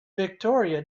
victoria